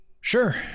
sure